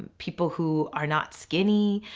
people who are not skinny,